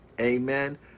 Amen